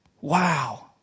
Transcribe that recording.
Wow